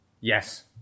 Yes